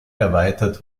erweitert